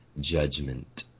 Judgment